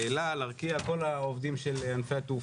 להצבעה היום בכל מקרה אלא רק נדון בחוק ונמשיך לדון בו גם בשבוע